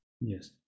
Yes